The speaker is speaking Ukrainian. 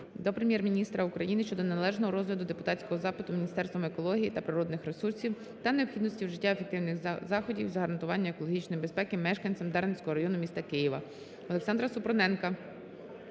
до Прем'єр-міністра України щодо неналежного розгляду депутатського запиту Міністерством екології та природних ресурсів та необхідності вжиття ефективних заходів з гарантування екологічної безпеки мешканцям Дарницького району міста Києва.